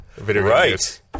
Right